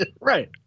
right